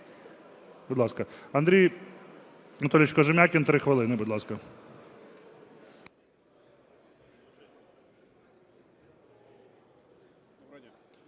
Андрій Анатолійович Кожем'якін, 3 хвилини, будь ласка.